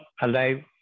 alive